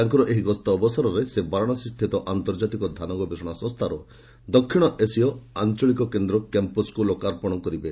ତାଙ୍କର ଏହି ଗସ୍ତ ଅବସରରେ ସେ ବାରାଣାସୀ ସ୍ଥିତ ଆନ୍ତର୍ଜାତିକ ଧାନ ଗବେଷଣା ସଂସ୍କାର ଦକ୍ଷିଣ ଏସିଆ ଆଞ୍ଚଳିକ କେନ୍ଦ୍ କ୍ୟାମ୍ପସ୍କୁ ଲୋକାର୍ପଣ କରିବେ